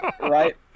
Right